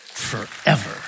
forever